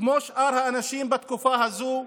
כמו שאר האנשים בתקופה הזו,